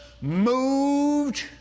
moved